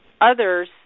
others